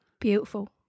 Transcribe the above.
Beautiful